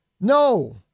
No